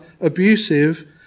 abusive